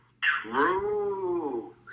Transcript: True